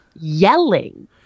yelling